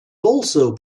also